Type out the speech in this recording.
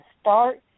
start